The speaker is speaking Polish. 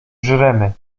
żremy